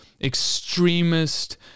extremist